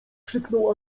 krzyknął